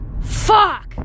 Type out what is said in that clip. Fuck